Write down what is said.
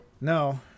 No